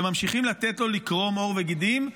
וממשיכים לתת לו לקרום עור וגידים,